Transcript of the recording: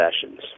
sessions